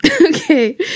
Okay